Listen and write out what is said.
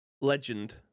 Legend